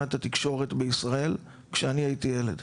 את התקשורת בישראל כשאני הייתי ילד.